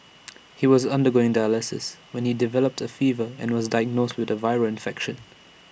he was undergoing dialysis when he developed A fever and was diagnosed with A viral infection